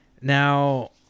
Now